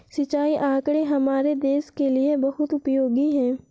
सिंचाई आंकड़े हमारे देश के लिए बहुत उपयोगी है